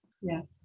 Yes